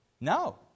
No